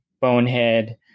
bonehead